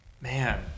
man